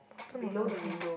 bottom of the frame